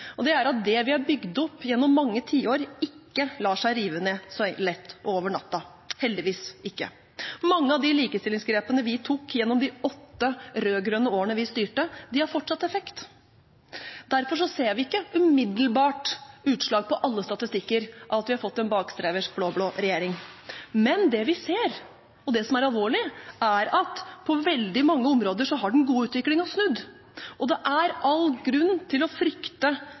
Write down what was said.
og det er at det vi har bygd opp gjennom mange tiår, ikke lar seg rive ned over natten – heldigvis ikke. Mange av de likestillingsgrepene vi tok gjennom de åtte rød-grønne årene vi styrte, har fortsatt effekt. Derfor ser vi ikke umiddelbart utslag på alle statistikker av at vi har fått en bakstreversk blå-blå regjering. Det vi ser, og det som er alvorlig, er at på veldig mange områder har den gode utviklingen snudd, og det er all grunn til å frykte